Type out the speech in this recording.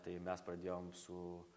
tai mes pradėjom su